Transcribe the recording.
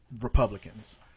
republicans